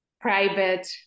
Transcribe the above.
private